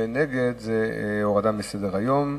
ונגד, זו הורדה מסדר-היום.